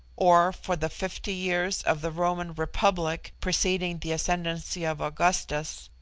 or for the fifty years of the roman republic preceding the ascendancy of augustus,